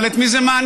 אבל את מי זה מעניין?